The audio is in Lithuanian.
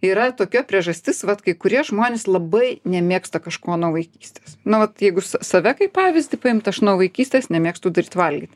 yra tokia priežastis vat kai kurie žmonės labai nemėgsta kažko nuo vaikystės nu vat jeigu sa save kaip pavyzdį paimt aš nuo vaikystės nemėgstu daryt valgyt